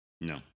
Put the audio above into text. no